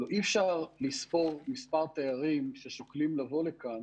הלוא אי אפשר לספור מספר תיירים ששוקלים לבוא לכאן